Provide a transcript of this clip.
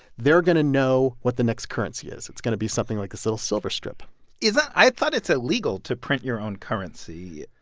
they're going to know what the next currency is. it's going to be something like this little silver strip isn't that i thought it's illegal to print your own currency.